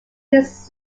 his